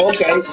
Okay